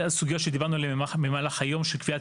ועל סוגיות שדיברנו במהלך היום של קביעת